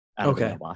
Okay